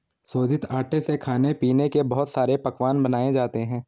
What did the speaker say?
शोधित आटे से खाने पीने के बहुत सारे पकवान बनाये जाते है